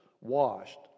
washed